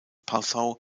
passau